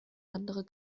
andere